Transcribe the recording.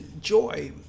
joy